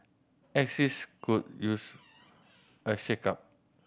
axis could use a shakeup